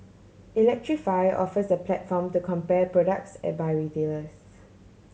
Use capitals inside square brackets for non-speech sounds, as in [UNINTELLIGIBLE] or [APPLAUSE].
electrify offers a platform to compare products [UNINTELLIGIBLE] by retailers